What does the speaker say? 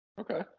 Okay